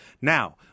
Now